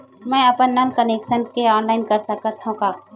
मैं अपन नल कनेक्शन के ऑनलाइन कर सकथव का?